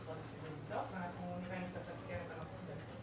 אנחנו נראה אם צריך לעדכן את זה.